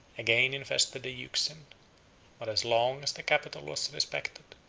again infested the euxine but as long as the capital was respected,